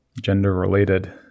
gender-related